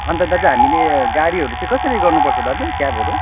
अनि त दाजु हामीले गाडीहरू चाहिँ कसरी गर्नुपर्छ दाजु क्याबहरू